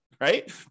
Right